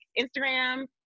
Instagram